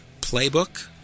playbook